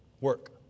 work